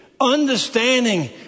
understanding